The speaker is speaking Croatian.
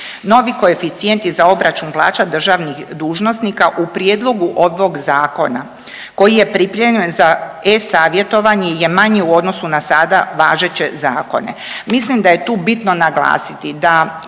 Novi koeficijent za obračun plaća državnih dužnosnika u prijedlogu ovog zakona koji je pripremljen za e-savjetovanje je manji u odnosu na sada važeće zakone. Mislim da je tu bitno naglasiti da